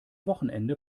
wochenende